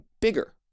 bigger